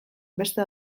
beste